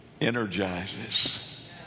energizes